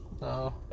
No